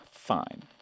fine